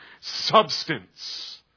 substance